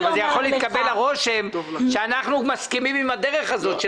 אבל עלול להתקבל הרושם שאנחנו מסכימים עם הדרך הזאת,